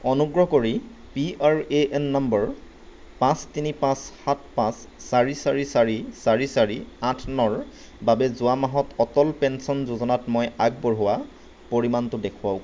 অনুগ্ৰহ কৰি P R A N number পাঁচ তিনি পাঁচ সাত পাঁচ চাৰি চাৰি চাৰি চাৰি চাৰি আঠ নৰ বাবে যোৱা মাহত অটল পেঞ্চন যোজনাত মই আগবঢ়োৱা পৰিমাণটো দেখুৱাওক